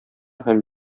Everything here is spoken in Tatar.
һәм